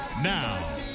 Now